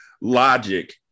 logic